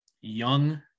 young